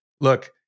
look